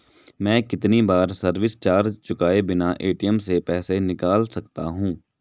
मैं कितनी बार सर्विस चार्ज चुकाए बिना ए.टी.एम से पैसे निकाल सकता हूं?